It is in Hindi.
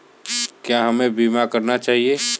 क्या हमें बीमा करना चाहिए?